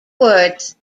words